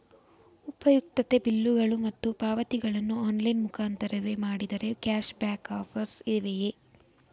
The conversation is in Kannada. ಉಪಯುಕ್ತತೆ ಬಿಲ್ಲುಗಳು ಮತ್ತು ಪಾವತಿಗಳನ್ನು ಆನ್ಲೈನ್ ಮುಖಾಂತರವೇ ಮಾಡಿದರೆ ಕ್ಯಾಶ್ ಬ್ಯಾಕ್ ಆಫರ್ಸ್ ಇವೆಯೇ?